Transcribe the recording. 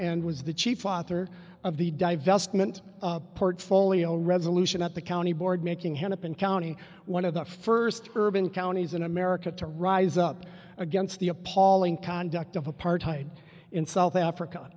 and was the chief author of the divestment portfolio resolution at the county board making hennepin county one of the first urban counties in america to rise up against the appalling conduct of apartheid in south africa